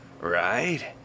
Right